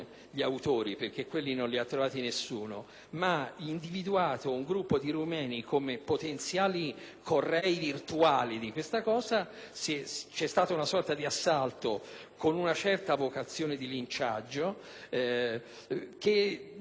perché quelli non li ha trovati nessuno, ma ha individuato un gruppo di rumeni come potenziali correi virtuali; c'è stata una sorta di assalto con una certa vocazione al linciaggio che